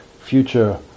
future